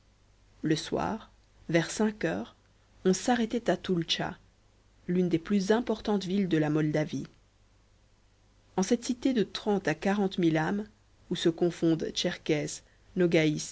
le soir vers cinq heures on s'arrêtait à toultcha l'une des plus importantes villes de la moldavie en cette cité de trente à quarante mille âmes où se confondent